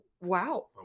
wow